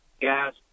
gas